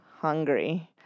hungry